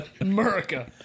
America